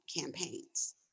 campaigns